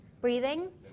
Breathing